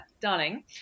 darling